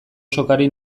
sokari